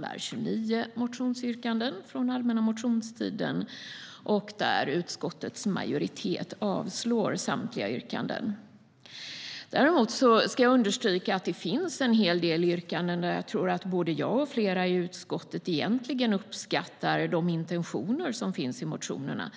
där 29 motionsyrkanden från allmänna motionstiden behandlas och där utskottets majoritet avstyrker samtliga yrkanden. Däremot ska jag understryka att det finns en hel del yrkanden där jag tror att både jag och flera i utskottet egentligen uppskattar de intentioner som finns i motionerna.